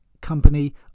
company